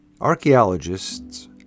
Archaeologists